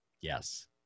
Yes